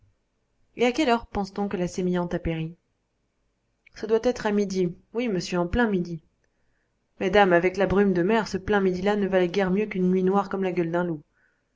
et à quelle heure pense-t-on que la sémillante a péri ce doit être à midi oui monsieur en plein midi mais dame avec la brume de mer ce plein midi là ne valait guère mieux qu'une nuit noire comme la gueule d'un loup